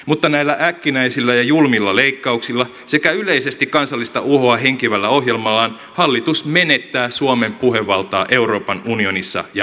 mutta näillä äkkinäisillä ja julmilla leikkauksilla sekä yleisesti kansallista uhoa henkivällä ohjelmallaan hallitus menettää suomen puhevaltaa euroopan unionissa ja maailmassa